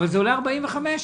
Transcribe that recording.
אבל זה עולה 45 שקלים.